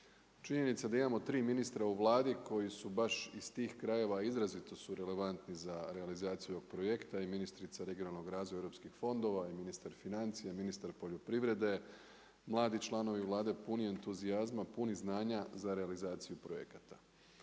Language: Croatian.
Činjenica da imamo 3 ministra u Vladi koji su baš iz tih krajeva, izrazito su relevantni za realizaciju ovoga projekta i ministrica regionalnog razvoja europskih fondova i ministar financija, ministar poljoprivrede, mladi članovi Vlade puni entuzijazma, puni znanja za realizaciju projekata.